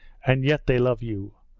and yet they love you.